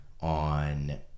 on